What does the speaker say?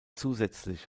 zusätzlich